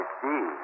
see